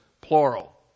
plural